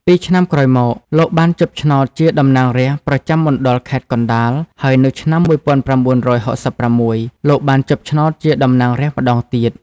ពីរឆ្នាំក្រោយមក លោក បានជាប់ឆ្នោតជាតំណាងរាស្រ្តប្រចាំមណ្ឌលខេត្តកណ្តាល ហើយនៅឆ្នាំ ១៩៦៦ លោកបានជាប់ឆ្នោតជាតំណាងរាស្រ្តម្តងទៀត។